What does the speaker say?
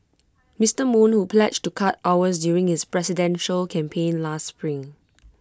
Mister moon who pledged to cut hours during his presidential campaign last spring